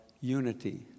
unity